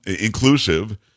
inclusive